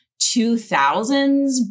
2000s